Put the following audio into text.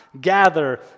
gather